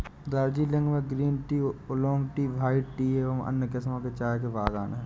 दार्जिलिंग में green tea, oolong tea, white tea एवं अन्य किस्म के चाय के बागान हैं